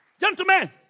Gentlemen